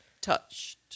touched